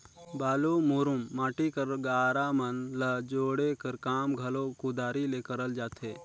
बालू, मुरूम, माटी कर गारा मन ल जोड़े कर काम घलो कुदारी ले करल जाथे